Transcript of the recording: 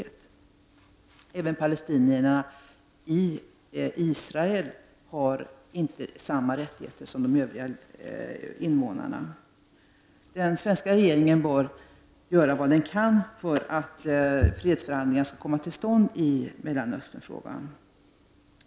Inte heller palestinierna i Israel har samma rättigheter som övriga invånare. Den svenska regeringen bör göra vad den kan för att fredsförhandlingar skall komma till stånd i Mellanöstern.